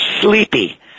sleepy